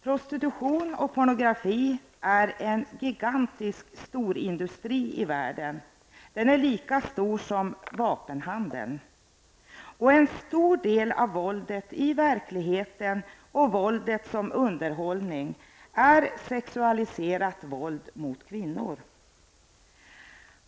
Prostitution och pornografi är en gigantisk storindustri i världen, lika stor som vapenhandeln. En stor del av våldet i verkligheten och våldet som underhållning utgörs av sexualiserat våld mot kvinnor.